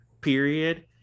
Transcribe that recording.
period